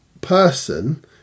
person